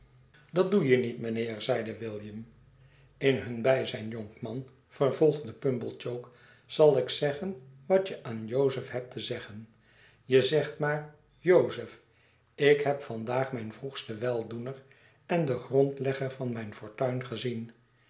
dat doe je niet mynheer zeide william in hun bijzijn jonkman vervolgde pumblechook zal ik zeggen wat je aan jozef hebt te zeggen je zegt maar jozef ik heb vandaag mijn vroegsten weldoener en den grondlegger van mijn fortuin gezien